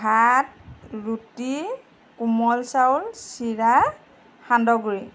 ভাত ৰুটি কোমল চাউল চিৰা সান্দহগুড়ি